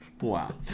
Wow